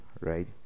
right